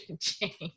change